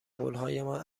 قولهایمان